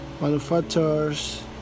manufacturers